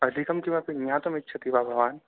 अधिकं किमपि ज्ञातुमिच्छति वा भवान्